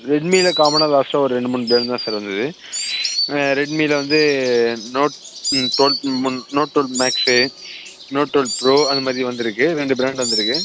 ரெட்மியில் காமனாக லாஸ்ட்டாக ஒரு ரெண்டு மூணு ப்ராண்ட் தான் சார் வந்தது ரெட்மியில் வந்து நோட் ம் ம் நோட் டோல் மேக்ஸ்ஸு நோட் டோல் ப்ரோ அந்த மாதிரி வந்திருக்கு ரெண்டு ப்ராண்ட் வந்திருக்கு